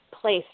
place